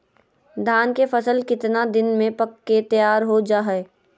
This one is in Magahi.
धान के फसल कितना दिन में पक के तैयार हो जा हाय?